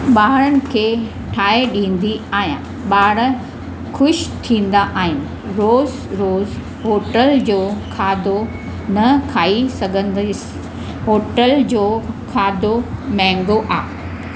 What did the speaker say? ॿारनि खे ठाहे ॾींदी आहियां ॿार ख़ुशि थींदा आहिनि रोज़ रोज़ होटल जो खाधो न खाई सघंदसि होटल जो खाधो महांगो आहे